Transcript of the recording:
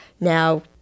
now